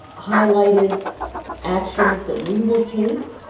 highlighted actions that we will take.